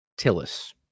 Tillis